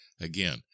Again